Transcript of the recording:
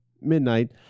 midnight